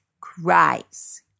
cries